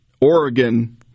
Oregon